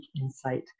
insight